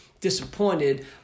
disappointed